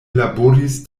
laboris